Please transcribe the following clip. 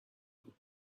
بود